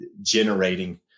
generating